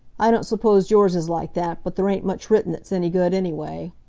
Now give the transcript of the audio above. i don't suppose yours is like that, but there ain't much written that's any good, anyway.